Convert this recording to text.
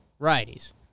Righties